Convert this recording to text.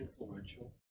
influential